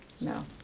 no